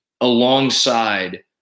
alongside